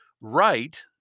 right